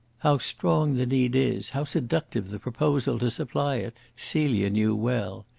how strong the need is, how seductive the proposal to supply it, celia knew well.